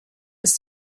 ist